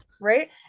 Right